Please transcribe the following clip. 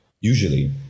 usually